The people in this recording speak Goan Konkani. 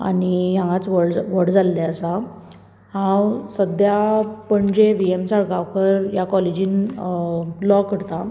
आनी हांगाच व व्हड व्हड जाल्लें आसा हांव सद्द्याक पणजे वी एम साळगांवकर ह्या कॉलेजींत लॉ करतां